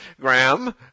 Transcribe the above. Graham